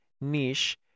niche